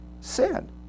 sin